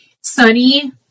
sunny